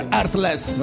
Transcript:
Heartless